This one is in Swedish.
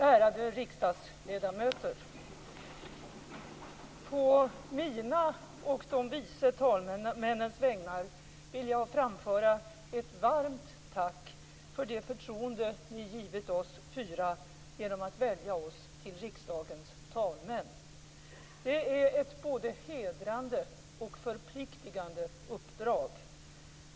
Ärade riksdagsledamöter! På mina och de vice talmännens vägnar vill jag framföra ett varmt tack för det förtroende ni givit oss fyra genom att välja oss till riksdagens talmän. Det är ett både hedrande och förpliktande uppdrag.